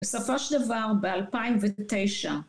בסופו של דבר, ב-2009